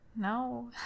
No